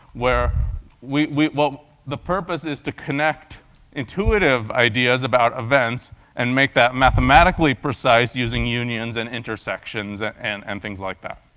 where we we the purpose is to connect intuitive ideas about events and make that mathematically precise using unions and intersections and and things like that.